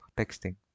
texting